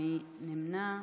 מי נמנע?